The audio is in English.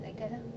like that lah